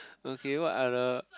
okay what other